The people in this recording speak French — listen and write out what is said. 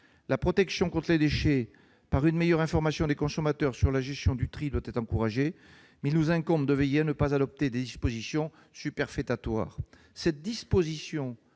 la prolifération des déchets par une meilleure information des consommateurs sur la gestion du tri doit être encouragée, mais il nous incombe de veiller à ne pas adopter des dispositions superfétatoires.